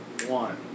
One